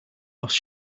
lost